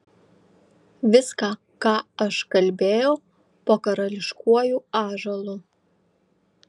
viską ką aš kalbėjau po karališkuoju ąžuolu